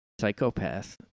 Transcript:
psychopath